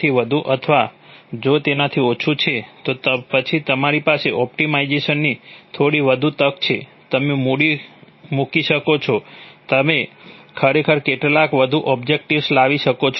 કારણ કે તમારી પાસે અજ્ઞાત કરતાં વધુ સંખ્યામાં ઇક્વેશનો છે અથવા જો તે તેનાથી ઓછું છે તો પછી તમારી પાસે ઓપ્ટિમાઇઝેશનની થોડી વધુ તક છે તમે મૂકી શકો છો તમે ખરેખર કેટલાક વધુ ઓબ્જેક્ટિવ્સ લાવી શકો છો